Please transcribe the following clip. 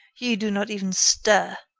you do not even stir.